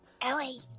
Ellie